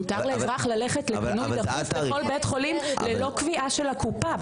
מותר לאזרח ללכת לפינוי דחוף לכל בית חולים ללא קביעה של הקופה.